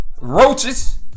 Roaches